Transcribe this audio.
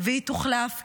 והיא תוחלף,